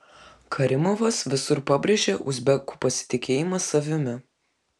karimovas visur pabrėžia uzbekų pasitikėjimą savimi